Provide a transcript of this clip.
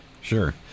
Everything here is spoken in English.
Sure